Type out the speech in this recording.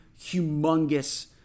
humongous